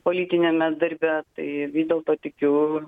politiniame darbe tai vis dėlto tikiu